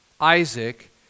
Isaac